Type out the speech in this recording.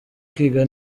kwiga